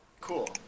cool